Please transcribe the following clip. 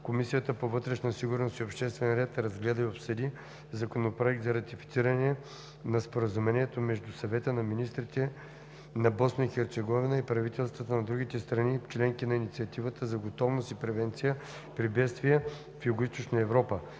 Комисията по вътрешна сигурност и обществен ред разгледа и обсъди Законопроект за ратифициране на Споразумението между Съвета на министрите на Босна и Херцеговина и правителствата на другите страни – членки на Инициативата за готовност и превенция при бедствия в Югоизточна Европа